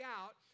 out